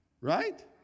Right